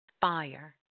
Fire